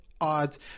odds